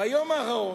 ביום האחרון,